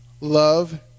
Love